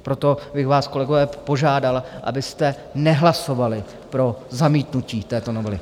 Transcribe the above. Proto bych vás, kolegové, požádal, abyste nehlasovali pro zamítnutí této novely.